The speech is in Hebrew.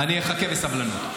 אני אחכה בסבלנות.